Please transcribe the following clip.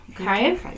okay